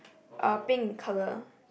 uh pink in colour